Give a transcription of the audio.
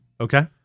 Okay